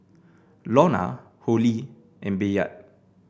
Lorna Holly and Bayard